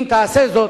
אם תעשה זאת,